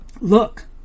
Look